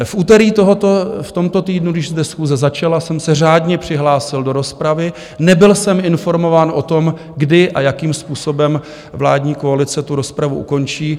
V úterý v tomto týdnu, když ta schůze začala, jsem se řádně přihlásil do rozpravy, nebyl jsem informován o tom, kdy a jakým způsobem vládní koalice tu rozpravu ukončí.